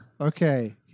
okay